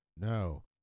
No